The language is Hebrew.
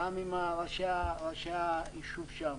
גם עם ראשי היישוב שם